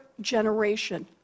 generation